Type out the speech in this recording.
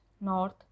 north